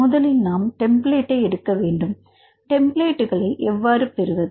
முதலில் நாம் டெம்பிளேட்ஐ எடுக்க வேண்டும் டெம்பிளேட்க்களை எவ்வாறு பெறுவது